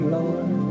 Lord